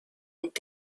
und